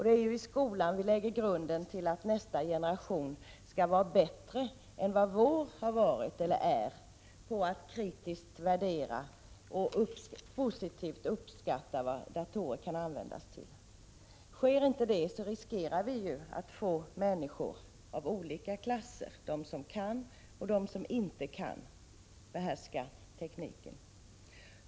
Det är i skolan som vi lägger grunden till att nästa generation skall vara bättre än vad vi är på att kritiskt värdera och även positivt uppskatta vad datorer kan användas till. Sker inte detta riskerar vi att få människor av olika klasser: de som kan och de som inte kan behärska tekniken.